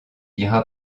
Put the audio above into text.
ira